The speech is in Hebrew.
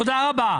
תודה רבה.